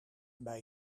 bij